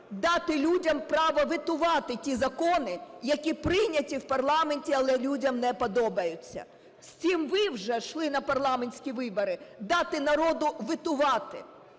дати людям право ветувати ті закони, які прийняті в парламенті, але людям не подобаються. З цим ви вже йшли на парламентські вибори – дати народу ветувати.